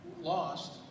lost